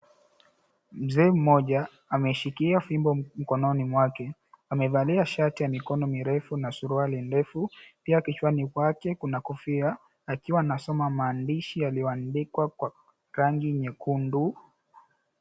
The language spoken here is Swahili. Mzee mmoja ameshikilia fimbo mkononi mwake. Amevalia shati ya mikono mirefu na suruali ndefu, pia kichwani mwake kuna kofia akiwa anasoma maandishi yaliyoandikwa kwa rangi nyekundu.